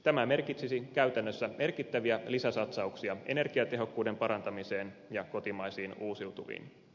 tämä merkitsisi käytännössä merkittäviä lisäsatsauksia energiatehokkuuden parantamiseen ja kotimaisiin uusiutuviin